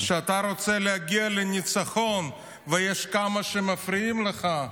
שאתה רוצה להגיע לניצחון ויש כמה שמפריעים לך,